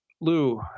Lou